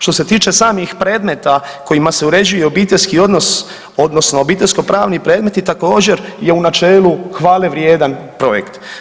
Što se tiče samih predmeta kojima se uređuje obiteljski odnos odnosno obiteljsko pravni predmeti također je u načelu hvale vrijedan projekt.